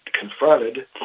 confronted